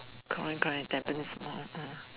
correct correct Tampines Mall the